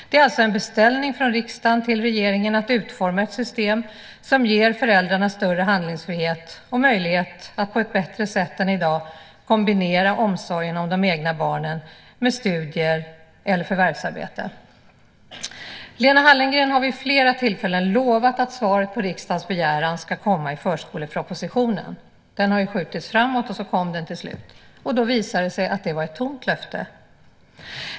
Det är alltså en beställning från riksdagen till regeringen att utforma ett system som ger föräldrarna större handlingsfrihet och möjlighet att på ett bättre sätt än i dag kombinera omsorgen om de egna barnen med studier eller förvärvsarbete. Lena Hallengren har vid flera tillfällen lovat att svaret på riksdagens begäran ska komma i förskolepropositionen. Den har ju skjutits framåt, och så kom den till slut. Då visade det sig att det var ett tomt löfte.